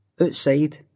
Outside